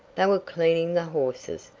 they were cleaning the horses,